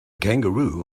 kangaroo